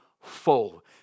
full